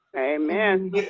Amen